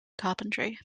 carpentry